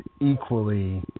equally